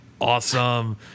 Awesome